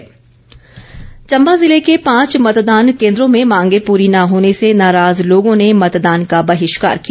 बहिष्कार चंबा जिले के पांच मतदान केन्द्रों में मांगे पूरी न होने से नाराज लोगों ने मतदान का बहिष्कार किया